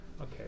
Okay